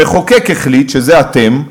המחוקק, שזה אתם,